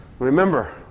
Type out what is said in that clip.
Remember